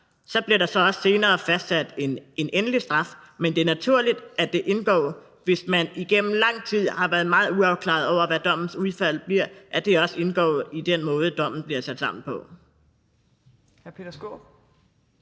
Så bliver der så også senere fastsat en endelig straf, men det er naturligt, at det, hvis man igennem lang tid har været meget uafklaret med, hvad dommens udfald bliver, også indgår i den måde, dommen bliver sat sammen på.